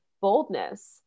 boldness